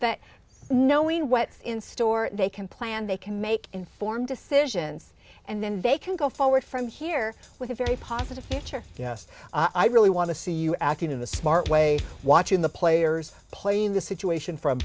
that knowing what's in store they can plan they can make informed decisions and then they can go forward from here with a very positive future yes i really want to see you acting in a smart way watching the players playing the situation from